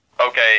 okay